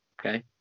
Okay